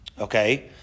okay